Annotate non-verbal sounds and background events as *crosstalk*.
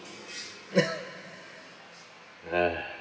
*coughs* ha